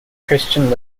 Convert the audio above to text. christian